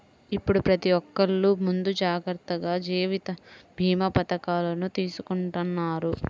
ఇప్పుడు ప్రతి ఒక్కల్లు ముందు జాగర్తగా జీవిత భీమా పథకాలను తీసుకుంటన్నారు